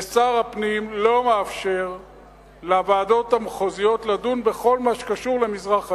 ושר הפנים לא מאפשר לוועדות המחוזיות לדון בכל מה שקשור למזרח העיר.